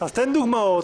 אני אתן דוגמאות,